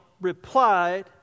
replied